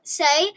say